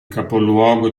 capoluogo